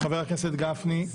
חבר הכנסת יבגני סובה,